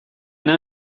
han